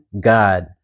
God